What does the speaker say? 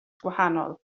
gwahanol